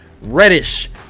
reddish